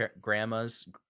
grandmas